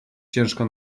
ciężko